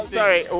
sorry